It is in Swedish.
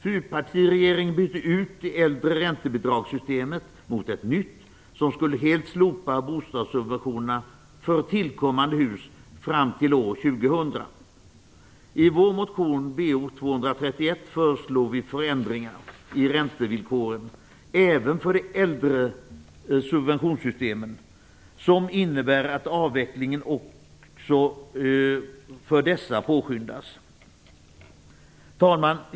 Fyrpartiregeringen bytte ut det äldre räntebidragssystemet mot ett nytt som helt skulle slopa bostadssubventionerna för tillkommande hus fram till år 2000. I vår motion Bo231 föreslår vi förändringar i räntevillkoren även för de äldre subventionssystemen som innebär att avvecklingen också av dessa påskyndas. Fru talman!